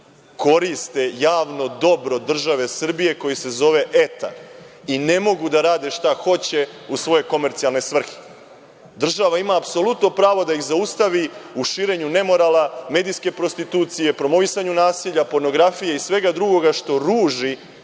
koriste javno dobro države Srbije, koji se zove etar, i ne mogu da rade šta hoće u svoje komercijalne svrhe. Država ima apsolutno pravo da ih zaustavi u širenju nemorala, medijske prostitucije, promovisanju nasilja, pornografije i svega drugoga što ruži